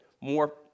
more